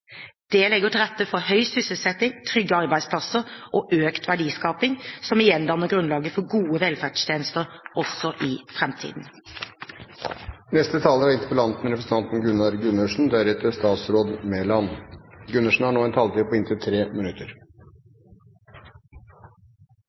Det legger til rette for høy sysselsetting, trygge arbeidsplasser og økt verdiskaping, som igjen danner grunnlaget for gode velferdstjenester, også i framtiden. Det er ikke overraskende at det er stor enighet mellom statsråden og meg om at det nå føres en